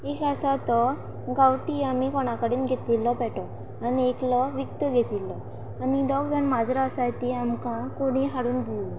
एक आसा तो गांवठी आमी कोणा कडेन घेतिल्लो पेटो आनी एकलो विकतो घेतिल्लो आनी दोग जाण माजरां आसाय तीं आमकां कोणी हाडून दिल्लीं